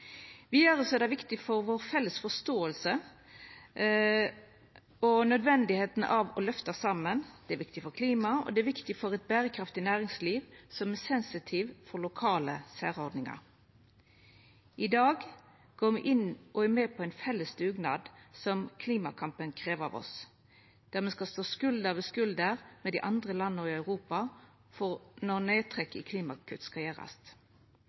Vidare er det viktig for ei felles forståing og nødvendigheita av å løfta saman, det er viktig for klimaet, og det er viktig for eit berekraftig næringsliv som er sensitivt for lokale særordningar. I dag går me inn og er med på den felles dugnaden som klimakampen krev av oss, der me skal stå skulder ved skulder med dei andre landa i Europa når nedtrekk i klimakutt skal gjerast.